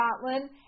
Scotland